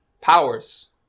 powers